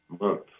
month